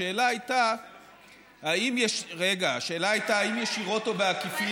השאלה הייתה האם ישירות או בעקיפין,